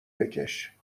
بکش